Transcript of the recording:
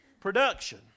Production